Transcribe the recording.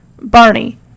Barney